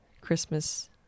Christmas